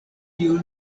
tio